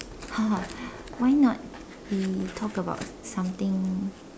why not we talk about something